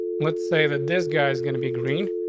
let's say that this guy's gonna be green,